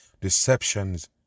deceptions